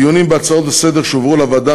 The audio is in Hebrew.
דיונים בהצעות לסדר-היום שהועברו לוועדה